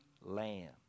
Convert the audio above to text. lamb